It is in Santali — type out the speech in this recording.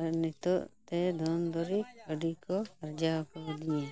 ᱟᱨ ᱱᱤᱛᱚᱜ ᱛᱮ ᱫᱷᱚᱱ ᱫᱚᱨᱤᱵ ᱟᱹᱰᱤ ᱠᱚ ᱟᱨᱡᱟᱣ ᱠᱟᱣᱫᱤᱧᱟ